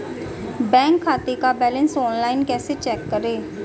Bank खाते का balance online कैसे चेक करें?